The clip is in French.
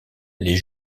les